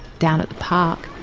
down at the park.